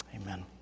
Amen